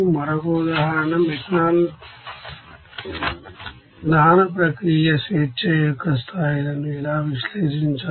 మరొక ఉదాహరణ methanol combustion process degrees of freedom ను ఎలా విశ్లేషించాలో